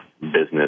business